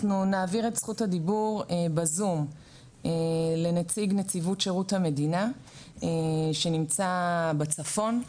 נעביר את זכות הדיבור בזום לנציג נציבות שירות המדינה שנמצא בצפון.